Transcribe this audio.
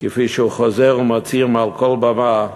כפי שהוא חוזר ומצהיר מעל כל במה,